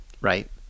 right